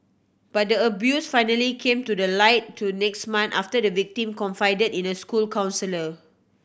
but the abuse finally came to the light to next month after the victim confided in a school counsellor